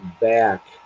back